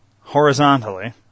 horizontally